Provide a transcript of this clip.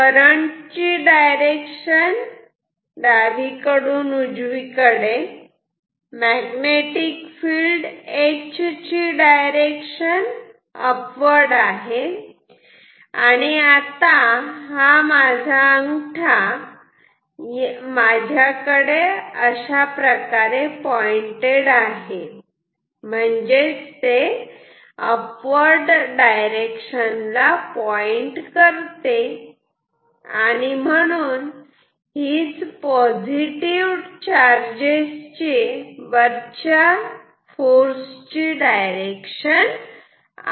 current ची direction डावीकडून उजवीकडे आहे आणि magnetic field H direction upward आहे आणि आणि माझा अंगठा माझ्याकडे पॉईंटऍड आहे म्हणजेच ते अपवर्ड डायरेक्शन ला पॉईंट करते आणि म्हणून हीच पॉझिटिव चार्जेस वरच्या फोर्स ची डायरेक्शन आहे